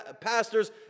pastors